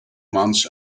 months